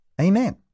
Amen